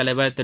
தலைவர் திரு